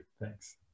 Thanks